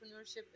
entrepreneurship